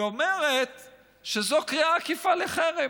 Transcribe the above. היא אומרת שזו קריאה עקיפה לחרם.